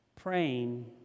Praying